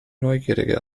neugierige